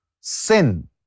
sin